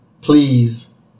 please